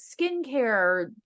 skincare